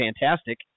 fantastic